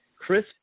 Chris